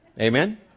Amen